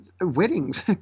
weddings